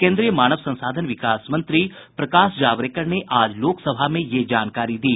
केन्द्रीय मानव संसाधन विकास मंत्री प्रकाश जावड़ेकर ने आज लोकसभा में ये जानकारी दी